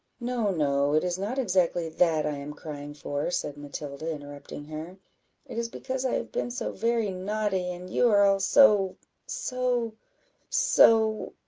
no, no, it is not exactly that i am crying for, said matilda, interrupting her it is because i have been so very naughty, and you are all so so so